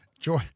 Joy